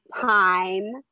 time